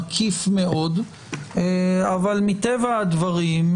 מקיף מאוד אבל מטבע הדברים,